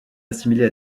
assimilée